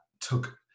took